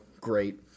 great